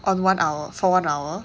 on one hour for one hour